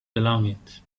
belongings